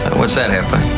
what's that, half